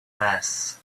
mass